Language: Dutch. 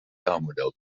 taalmodel